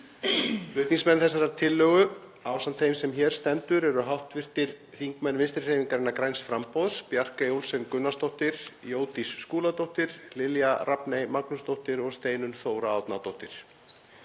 Flutningsmenn þessarar tillögur ásamt þeim sem hér stendur eru hv. þingmenn Vinstrihreyfingarinnar – græns framboðs, Bjarkey Olsen Gunnarsdóttir, Jódís Skúladóttir, Lilja Rafney Magnúsdóttir og Steinunn Þóra Árnadóttir.